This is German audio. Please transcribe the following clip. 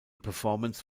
performance